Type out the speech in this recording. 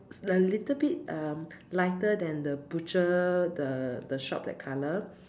a little bit um lighter than the butcher the the shop that color